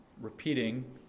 repeating